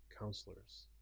counselors